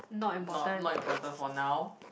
not not important for now